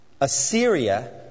Assyria